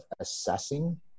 assessing